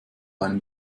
einem